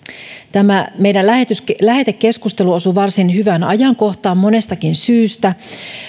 tämä meidän lähetekeskustelumme osui varsin hyvään ajankohtaan monestakin syystä